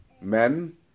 men